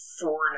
four